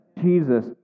Jesus